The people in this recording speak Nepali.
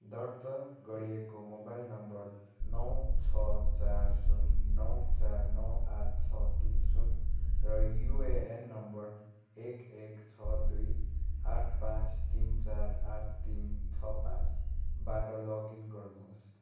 दर्ता गरिएको मोबाइल नम्बर नौ छ चार शून्य नौ चार नौ आठ छ तिन शून्य र युएएन नम्बर एक एक छ दुई आठ पाँच तिन चार आठ तिन छ पाँचबाट लगइन गर्नुहोस्